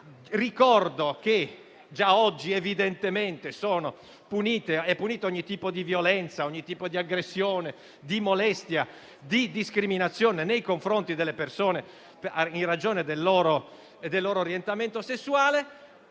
Ricordo che già oggi evidentemente è punito ogni tipo di violenza, di aggressione, di molestia, di discriminazione nei confronti delle persone in ragione del loro orientamento sessuale.